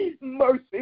Mercy